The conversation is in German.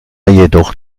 jedoch